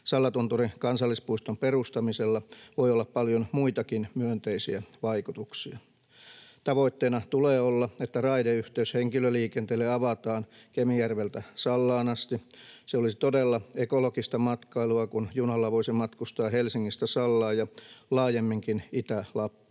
Sallatunturin kansallispuiston perustamisella voi olla paljon muitakin myönteisiä vaikutuksia. Tavoitteena tulee olla, että raideyhteys henkilöliikenteelle avataan Kemijärveltä Sallaan asti. Se olisi todella ekologista matkailua, kun junalla voisi matkustaa Helsingistä Sallaan ja laajemminkin Itä-Lappiin.